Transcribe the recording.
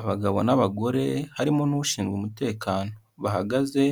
Abagabo n'abagore harimo n'ushinzwe umutekano bahagaze,